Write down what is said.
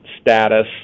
status